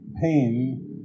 pain